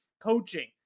coaching